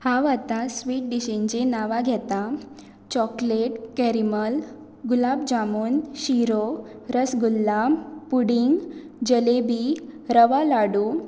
हांव आतां स्वीट डिशींची नांवां घेता चॉकलेट कॅरीमल गुलाब जामून शिरो रसगुल्लाम पुडींग जलेबी रवा लाडू